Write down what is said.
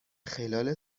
خلال